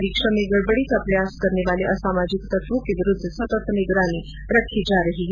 परीक्षा में गडबडी का प्रयास करने वाले असामाजिक तत्वों के विरूद्व सतत् निगरानी रखी जा रही है